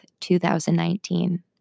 2019